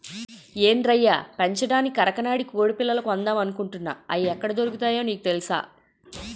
ఏం రయ్యా పెంచడానికి కరకనాడి కొడిపిల్లలు కొందామనుకుంటున్నాను, అయి ఎక్కడ దొరుకుతాయో నీకు తెలుసా?